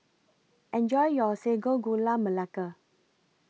Enjoy your Sago Gula Melaka